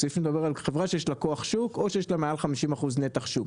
הוא סעיף שמדבר על חברה שיש לה כוח שוק או שיש לה מעל 50% נתח שוק.